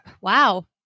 wow